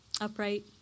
upright